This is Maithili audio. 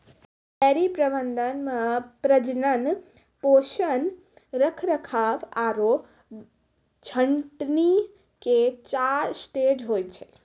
डेयरी प्रबंधन मॅ प्रजनन, पोषण, रखरखाव आरो छंटनी के चार स्टेज होय छै